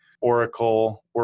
Oracle